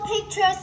pictures